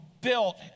built